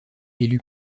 élu